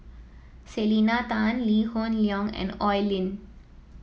Selena Tan Lee Hoon Leong and Oi Lin